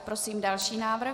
Prosím další návrh.